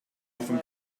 often